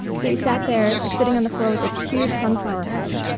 so we sat there, like sitting on the floor with this huge sunflower head,